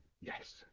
yes